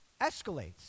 escalates